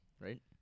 right